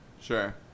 Sure